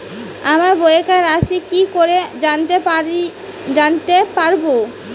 আমার বকেয়া রাশি কি করে জানতে পারবো?